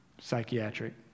psychiatric